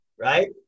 right